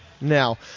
Now